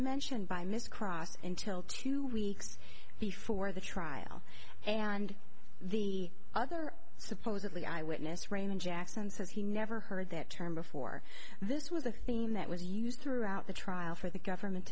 mentioned by mr cross until two weeks before the trial and the other supposedly eye witness raymond jackson says he never heard that term before this was a theme that was used throughout the trial for the government